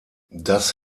das